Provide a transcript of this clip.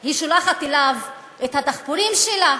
היא שולחת אליו את הדחפורים שלה.